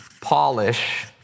polish